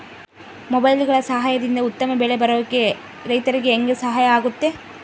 ಮೊಬೈಲುಗಳ ಸಹಾಯದಿಂದ ಉತ್ತಮ ಬೆಳೆ ಬರೋಕೆ ರೈತರಿಗೆ ಹೆಂಗೆ ಸಹಾಯ ಆಗುತ್ತೆ?